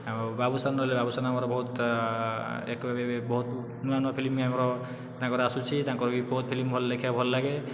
ଆଉ ବାବୁସାନ ରହିଲେ ବାବୁସାନ ଆମର ବହୁତ ବହୁତ ନୂଆ ନୂଆ ଫିଲ୍ମ ଆମର ତାଙ୍କର ଆସୁଛି ତାଙ୍କର ବି ବହୁତ ଫିଲ୍ମ ଭଲ ଦେଖିବାକୁ ଭଲ ଲାଗେ